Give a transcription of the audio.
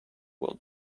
will